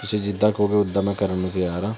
ਤੁਸੀਂ ਜਿੱਦਾਂ ਕਹੋਗੇ ਉੱਦਾਂ ਮੈਂ ਕਰਨ ਨੂੰ ਤਿਆਰ ਹਾਂ